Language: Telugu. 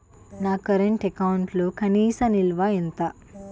నా కరెంట్ అకౌంట్లో కనీస నిల్వ ఎంత?